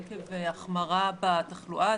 עקב החמרה בתחלואה,